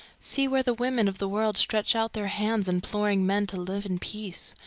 see where the women of the world stretch out their hands, imploring men to live in peace.